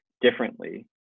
differently